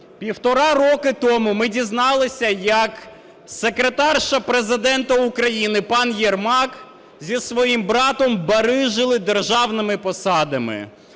Півтора року тому ми дізналися, як "секретарша" Президента України пан Єрмак зі своїм братом "барижили" державними посадами.